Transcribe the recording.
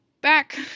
back